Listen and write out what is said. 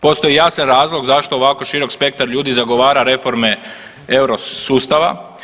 Postoji jasan razlog zašto ovako širok spektar ljudi zagovara reforme euro sustava.